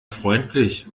freundlich